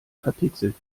verpixelt